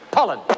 Pollen